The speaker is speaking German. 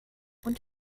und